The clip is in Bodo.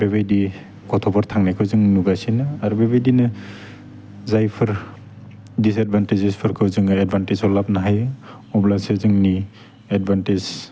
बेबायदि गथ'फोर थांनायखौ जों नुगासिनो आरो बेबायदिनो जायफोर दिजएदभान्टेजफोरखौ जोङो एदभानटेजाव लाबोनो हायो अब्लासो जोंनि एदभान्टेज